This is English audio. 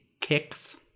kicks